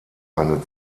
eine